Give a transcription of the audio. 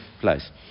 place